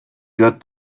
got